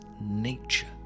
nature